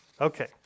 Okay